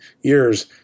years